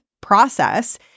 process